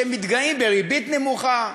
שמתגאים בריבית נמוכה,